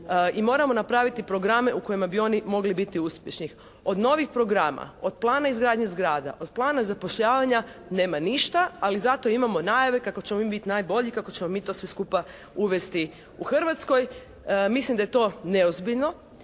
i moramo napraviti programe u kojima bi oni mogli biti uspješni. Od novih programa od plana izgradnje zgrada, od plana zapošljavanja nema ništa, ali zato imamo najave kako ćemo mi biti najbolji, kako ćemo mi to sve skupa uvesti u Hrvatskoj. Mislim da je to neozbiljno